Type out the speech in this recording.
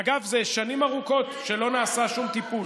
אגב, זה שנים ארוכות שלא נעשה שום טיפול.